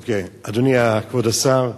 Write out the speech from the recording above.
אדוני, כבוד השר,